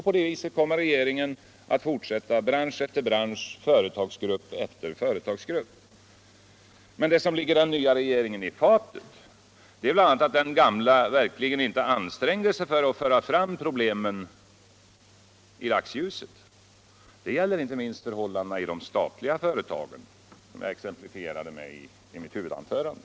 På det sättet kommer regeringen utt fortsätta bransch efter bransch, företagsgrupp efter företagsgrupp. Men det som ligger den nya regeringen i fatet är bl. u. att den gamla regeringen verkligen inte ansträngde sig för att föra fråam problemen i dagsljuset. Det gäller inte minst förhållandena i de statliga företagen. vilket jag exemplifierade i mitt huvudanförande.